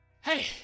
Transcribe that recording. Hey